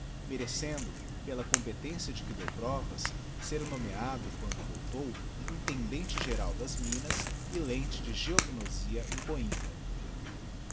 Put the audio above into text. merecendo pela competência de que deu provas ser nomeado quando voltou intendente geral das minas e lente de geognosia